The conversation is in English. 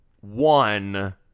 one